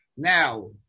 Now